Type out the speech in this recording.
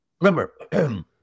Remember